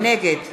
נגד